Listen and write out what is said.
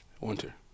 Winter